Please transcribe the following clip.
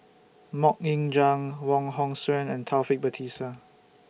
Mok Ying Jang Wong Hong Suen and Taufik Batisah